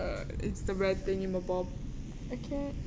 uh it's the right thing in my okay